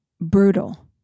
brutal